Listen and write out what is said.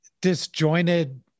disjointed